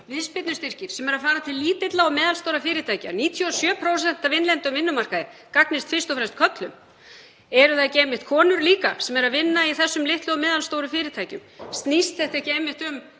viðspyrnustyrkir sem eru að fara til lítilla og meðalstórra fyrirtækja, 97% af innlendum vinnumarkaði, gagnist fyrst og fremst körlum? Eru það ekki einmitt konur líka sem eru að vinna í þessum litlu og meðalstóru fyrirtækjum? Snýst þetta ekki einmitt um